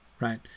right